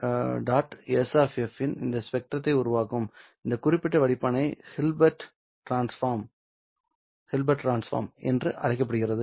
S இந்த ஸ்பெக்ட்ரத்தை உருவாக்கும் இந்த குறிப்பிட்ட வடிப்பானை ஹில்பர்ட் டிரான்ஸ்ஃபார்ம் என்று அழைக்கப்படுகிறது